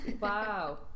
wow